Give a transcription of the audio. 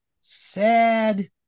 sad